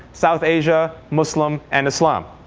south asia, muslim, and islam.